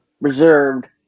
reserved